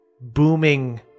booming